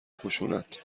خشونت